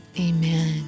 Amen